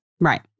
Right